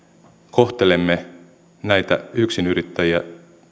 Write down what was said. kohtelemme näitä yksinyrittäjiä